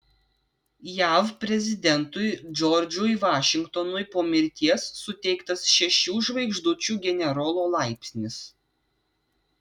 jav prezidentui džordžui vašingtonui po mirties suteiktas šešių žvaigždučių generolo laipsnis